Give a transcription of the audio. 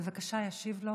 בבקשה, ישיב לו